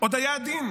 עוד היה עדין.